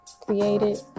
created